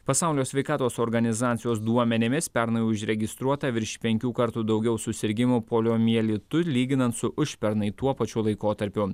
pasaulio sveikatos organizacijos duomenimis pernai užregistruota virš penkių kartų daugiau susirgimų poliomielitu lyginant su užpernai tuo pačiu laikotarpiu